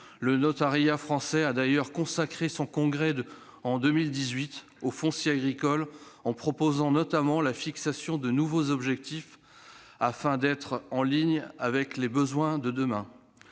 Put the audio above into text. Le notariat français a d'ailleurs consacré son congrès de 2018 au foncier agricole, proposant notamment de fixer de nouveaux objectifs afin d'être en ligne avec les besoins de demain.